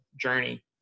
journey